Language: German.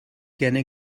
gerne